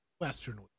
Western